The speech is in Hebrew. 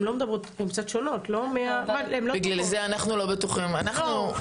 הן לא מדברות --- בגלל זה אנחנו לא בטוחות --- לא,